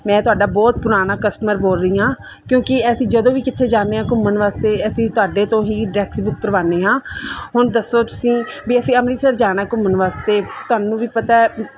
ਮੈਂ ਤੁਹਾਡਾ ਬਹੁਤ ਪੁਰਾਣਾ ਕਸਟਮਰ ਬੋਲ ਰਹੀ ਆਂ ਕਿਉਂਕਿ ਅਸੀਂ ਜਦੋਂ ਵੀ ਕਿੱਥੇ ਜਾਂਦੇ ਆ ਘੁੰਮਣ ਵਾਸਤੇ ਅਸੀਂ ਤੁਹਾਡੇ ਤੋਂ ਹੀ ਟੈਕਸੀ ਬੁੱਕ ਕਰਵਾਉਦੇ ਆਂ ਹੁਣ ਦੱਸੋ ਤੁਸੀਂ ਵੀ ਅਸੀਂ ਅੰਮ੍ਰਿਤਸਰ ਜਾਣਾ ਘੁੰਮਣ ਵਾਸਤੇ ਤੁਹਾਨੂੰ ਵੀ ਪਤਾ